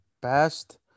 best